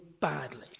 badly